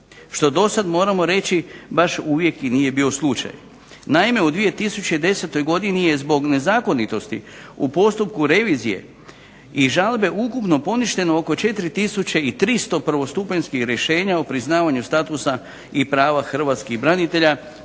što do sad, moramo reći, baš uvijek i nije bio slučaj. Naime, u 2010.godini je zbog nezakonitosti u postupku revizije i žalbe ukupno poništeno oko 4300 prvostupanjskih rješenja o priznavanju statusa i prava hrvatskih branitelja